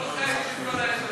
את כל עשר הדקות.